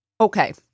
Okay